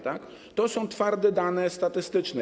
To są twarde dane statystyczne.